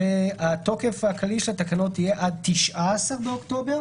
והתוקף הכללי של התקנות יהיה עד 19 באוקטובר.